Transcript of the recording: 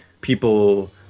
people